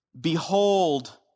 Behold